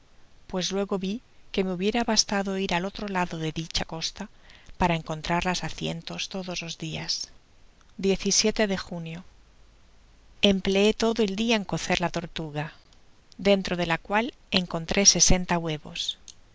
pues luego vi que me hubiera bastado ir al otro lado de dicha costa para encontrarlas á cientos todos los días de junio empleó todo eldia en cocerla tortuga dentro de la cual encontró sesenta huevos